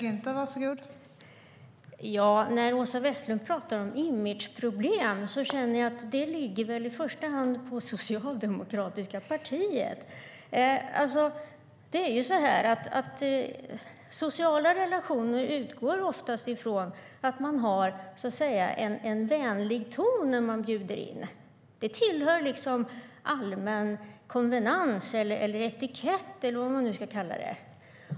Fru talman! När Åsa Westlund pratar om imageproblem känner jag att det i första hand ligger på det socialdemokratiska partiet. Sociala relationer utgår oftast från att man har en vänlig ton när man bjuder in. Det tillhör liksom allmän konvenans eller etikett eller vad man nu ska kalla det.